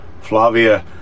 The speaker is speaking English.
Flavia